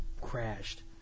crashed